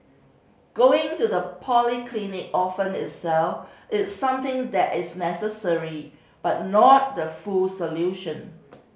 going to the polyclinic often itself is something that is necessary but not the full solution